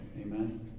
Amen